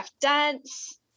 dance